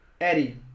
Eddie